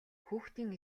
хүүхдийн